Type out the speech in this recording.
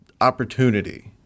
opportunity